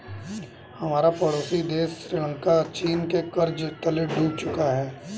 हमारा पड़ोसी देश श्रीलंका चीन के कर्ज तले डूब चुका है